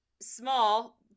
small